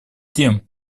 тем